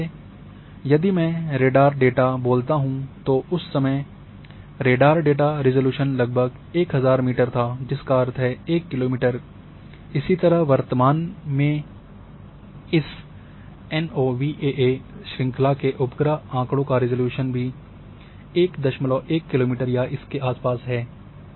उदाहरण के लिए यदि मैं रेडार डेटा बोलता हूँ तो उस समय रेडार डेटा रिज़ॉल्यूशन लगभग 1000 मीटर था जिसका अर्थ है 1 किलोमीटर इसी तरह वर्तमान में की इस एनओवीएए श्रृंखला के उपग्रह आँकड़ों का रिज़ॉल्यूशन भी 11 किलोमीटर या इसके आसपास है